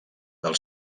del